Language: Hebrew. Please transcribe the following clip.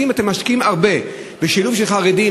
אתם משקיעים הרבה בשילוב של חרדים,